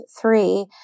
three